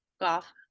golf